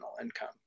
income